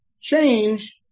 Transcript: change